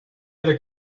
other